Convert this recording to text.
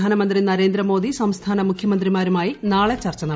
പ്രധാനമന്ത്രി നരേന്ദ്ര മോദി സംസ്ഥാന മുഖ്യമന്ത്രിമാരുമായി നാളെ ചർച്ച നടത്തും